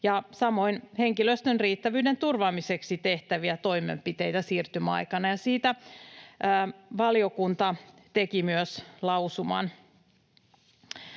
samoin henkilöstön riittävyyden turvaamiseksi tehtäviä toimenpiteitä siirtymäaikana, ja siitä valiokunta teki myös lausuman.